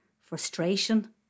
Frustration